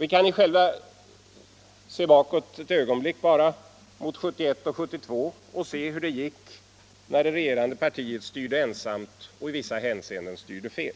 Vi kan ju bara för ett ögonblick se bakåt mot 1971 och 1972 och lägga märke till hur det gick när det regerande partiet styrde ensamt och i vissa hänseenden styrde fel.